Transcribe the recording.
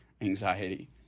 anxiety